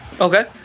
Okay